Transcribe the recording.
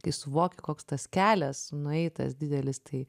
kai suvoki koks tas kelias nueitas didelis tai